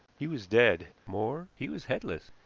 he was dead more, he was headless.